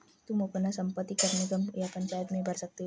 तुम अपना संपत्ति कर नगर निगम या पंचायत में भर सकते हो